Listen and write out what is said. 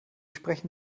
sprechen